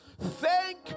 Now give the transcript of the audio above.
Thank